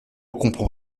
comprend